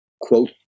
quote